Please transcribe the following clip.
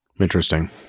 Interesting